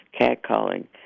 catcalling